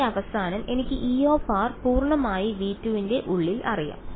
അതിന്റെ അവസാനം എനിക്ക് E പൂർണ്ണമായി V2 ന്റെ ഉള്ളിൽ അറിയാം